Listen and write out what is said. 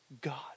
God